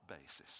basis